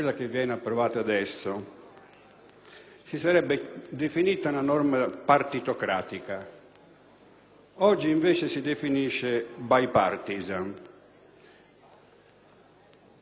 sarebbe stata definita partitocratica; oggi invece si definisce *bipartisan*. La sostanza non è cambiata